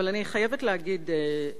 אבל אני חייבת להגיד,